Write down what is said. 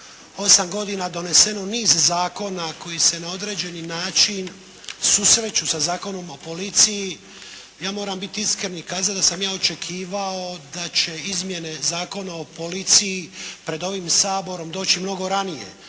osam godina doneseno niz zakona koji se na određeni način susreću sa Zakonom o policiji, ja moram biti iskren i kazati da sam ja očekivao da će izmjene Zakona o policiji pred ovim Saborom doći mnogo ranije.